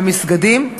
במסגדים,